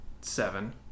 seven